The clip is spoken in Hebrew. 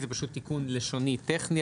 זה פשוט תיקון לשוני טכני,